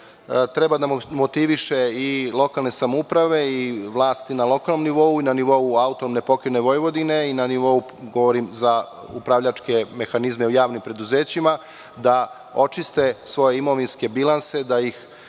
treba da motiviše i lokalne samouprave i vlasti na lokalnom nivou, i na nivou AP Vojvodine, i na nivou, govorim, za upravljačke mehanizme u javnim preduzećima, da očiste svoje imovinske bilanse, da ih